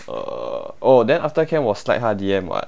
uh oh then after camp 我 slide 她 D_M [what]